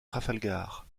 trafalgar